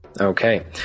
Okay